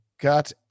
got